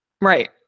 Right